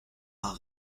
par